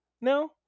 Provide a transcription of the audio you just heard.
No